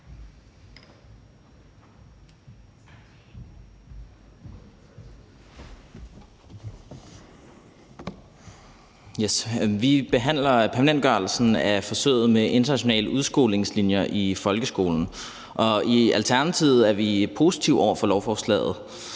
Vi behandler permanentgørelsen af forsøget med internationale udskolingslinjer i folkeskolen, og i Alternativet er vi positive over for lovforslaget